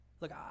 Look